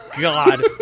God